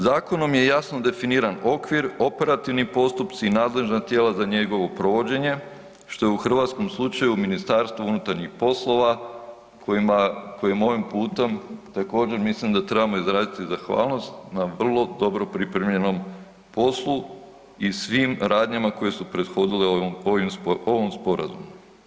Zakonom je jasno definiran okvir, operativni postupci i nadležna tijela za njegovo provođenje, što je u hrvatskom slučaju Ministarstvo unutarnjih poslova kojim ovim putem također, mislim da trebamo izraziti zahvalnost na vrlo dobro pripremljenom poslu i svim radnjama koje su prethodile ovom Sporazumu.